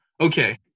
okay